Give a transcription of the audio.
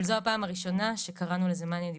אבל זו הפעם הראשונה שקראנו לזה מאניה דיפרסיה.